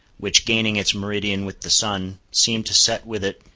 which gaining its meridian with the sun, seemed to set with it,